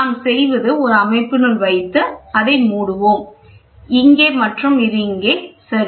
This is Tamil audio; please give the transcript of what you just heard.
நாம் செய்வது ஒரு அமைப்பினுள் வைத்து அதை மூடுவோம் இங்கே மற்றும் இது இங்கே சரி